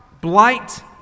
blight